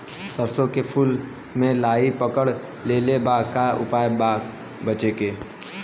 सरसों के फूल मे लाहि पकड़ ले ले बा का उपाय बा बचेके?